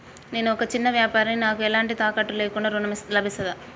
నేను ఒక చిన్న వ్యాపారిని నాకు ఎలాంటి తాకట్టు లేకుండా ఋణం లభిస్తదా?